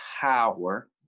power